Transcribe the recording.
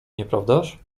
nieprawdaż